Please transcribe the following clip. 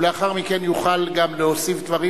ולאחר מכן יוכל להוסיף דברים,